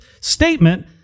statement